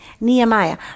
Nehemiah